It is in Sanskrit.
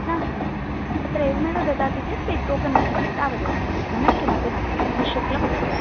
नास्ति तत्र एवमेव ददाति चेत् ते टोकन् यच्छन्ति तावदेव धनं किमपि नास्ति निश्शुल्कमस्ति